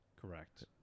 Correct